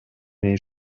nei